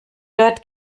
dort